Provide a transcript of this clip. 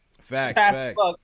Facts